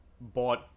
bought